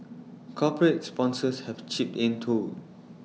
corporate sponsors have chipped in too